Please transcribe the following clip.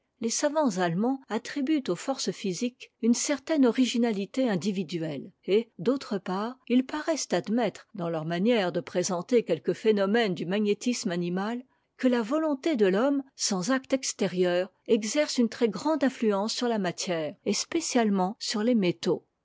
les savants allemands attribuent aux forces physiques une certaine originalité individuelle et d'autre part ils paraissent admettre dans leur manière de présenter quelques phénomènes du magnétisme anima que la volonté de l'homme sans acte extérieur exerce une trèsgrande influence sur la matière et spécialement sur les métaux